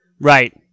Right